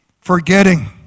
Forgetting